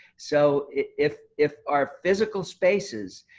so if if our physical spaces,